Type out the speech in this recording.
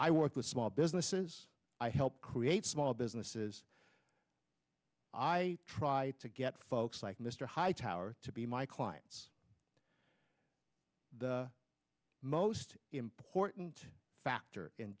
i work with small businesses i help create small businesses i try to get folks like mr hightower to be my clients the most important factor in